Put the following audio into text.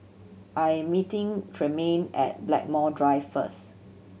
I am meeting Tremaine at Blackmore Drive first